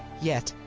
yet,